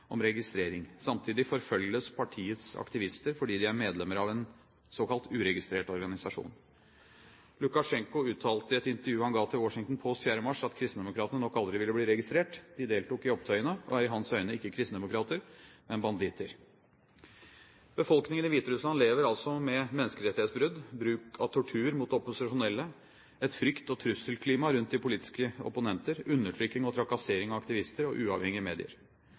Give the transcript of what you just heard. registrering. Samtidig forfølges partiets aktivister fordi de er medlemmer av en såkalt uregistrert organisasjon. Lukasjenko uttalte i et intervju han ga til Washington Post 4. mars, at kristendemokratene nok aldri ville bli registrert. De deltok i opptøyene og er i hans øyne ikke kristendemokrater, men banditter. Befolkningen i Hviterussland lever altså med menneskerettighetsbrudd, bruk av tortur mot opposisjonelle, et frykt- og trusselklima rundt de politiske opponenter, undertrykking og trakassering av aktivister og uavhengige medier.